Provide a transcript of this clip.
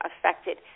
affected